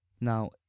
now